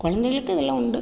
குழந்தைகளுக்கு இதெல்லாம் உண்டு